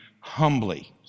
humbly